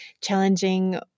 challenging